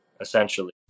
essentially